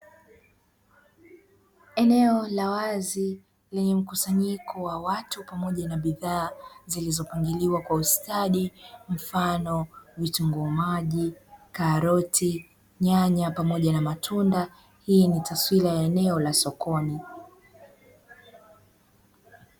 Eneo la wazi lenye mkusanyiko wa watu pamoja na bidhaa zilizopangiliwa kwa ustadi, mfano: vitunguu maji, karoti, nyanya pamoja na matunda, hii ni taswira ya eneo la sokoni.